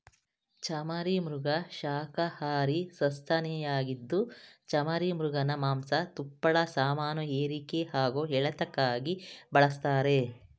ಚಮರೀಮೃಗ ಶಾಖಹಾರಿ ಸಸ್ತನಿಯಾಗಿದ್ದು ಚಮರೀಮೃಗನ ಮಾಂಸ ತುಪ್ಪಳ ಸಾಮಾನುಹೇರಿಕೆ ಹಾಗೂ ಎಳೆತಕ್ಕಾಗಿ ಬಳಸ್ತಾರೆ